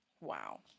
wow